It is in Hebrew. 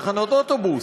לתחנות אוטובוס.